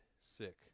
sick